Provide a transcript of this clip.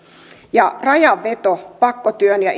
rajanveto pakkotyön ja